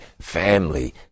family